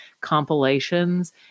compilations